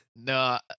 No